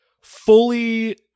fully